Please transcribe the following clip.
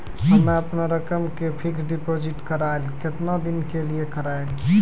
हम्मे अपन रकम के फिक्स्ड डिपोजिट करबऽ केतना दिन के लिए करबऽ?